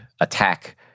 attack